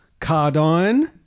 Cardine